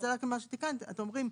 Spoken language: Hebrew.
אתם אומרים,